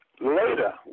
later